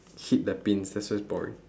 hit the pins that's why it's boring